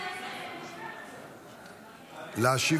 להשיב